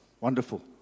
Wonderful